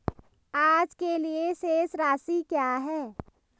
आज के लिए शेष राशि क्या है?